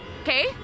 okay